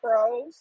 Pros